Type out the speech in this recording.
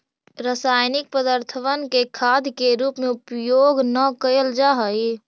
रासायनिक पदर्थबन के खाद के रूप में उपयोग न कयल जा हई